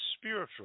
spiritual